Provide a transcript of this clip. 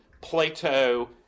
Plato